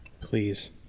Please